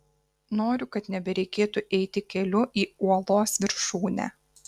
noriu kad nebereikėtų eiti keliu į uolos viršūnę